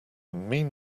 mean